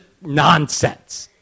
nonsense